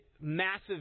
massive